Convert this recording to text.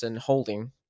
Holding